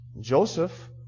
Joseph